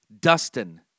Dustin